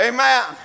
Amen